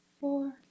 four